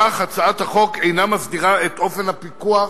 כך, הצעת החוק אינה מסדירה את אופן הפיקוח